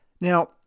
Now